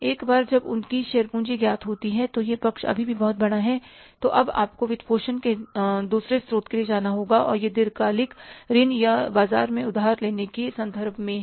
एक बार जब उनकी शेयर पूंजी ज्ञात होती है और यह पक्ष अभी भी बहुत बड़ा है तो अब आपको वित्तपोषण के दूसरे स्रोत के लिए जाना होगा और यह दीर्घकालिक ऋण या बाजार से उधार लेने के संदर्भ में है